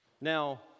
Now